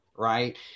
Right